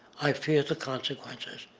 i fear the consequences.